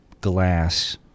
glass